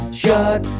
shut